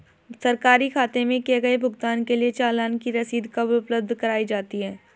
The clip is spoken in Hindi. सरकारी खाते में किए गए भुगतान के लिए चालान की रसीद कब उपलब्ध कराईं जाती हैं?